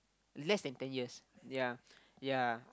less than ten years ya ya